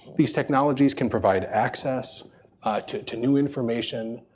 these technologies can provide access to to new information,